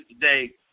today